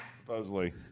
Supposedly